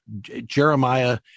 Jeremiah